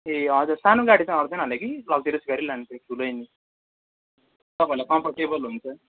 ए हजुर सानो गाडी चाहिँ अट्दैन होला कि लक्जरियस गाडी लानुपर्छ ठुलै नै तपाईँहरूलाई कम्फरटेबल हुन्छ